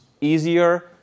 easier